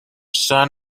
son